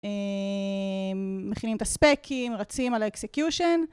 מכינים את הספקים, רצים על האקסיקיושן.